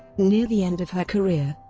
near the end of her career,